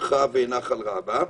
במרחב נחל רבה.